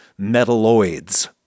metalloids